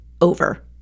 over